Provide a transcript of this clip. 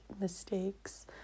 mistakes